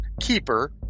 Keeper